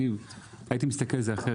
אז הייתי מסתכל על זה אחרת.